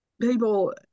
people